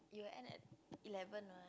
you will end at eleven [what]